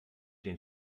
den